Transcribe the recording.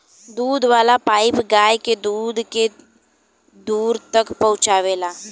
दूध वाला पाइप गाय के दूध के दूर तक पहुचावेला